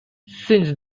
since